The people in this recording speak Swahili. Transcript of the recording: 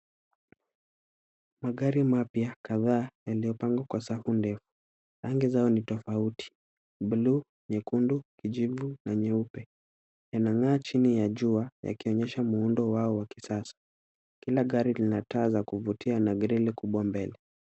Magari mapya kadhaa yaliyopangwa kwa safu ndefu. Rangi zao ni tofauti, buluu, nyekundu, kijivu na nyeupe. Yanang'aa chini ya jua yakionyesha muundo wao wa kisasa. Kila gari lina taa za kuvutia na grili kubwa mbele.